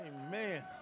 Amen